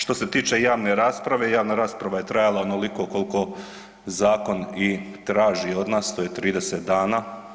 Što se tiče javne rasprave, javna rasprava je trajala onoliko koliko zakon i traži od nas, to je 30 dana.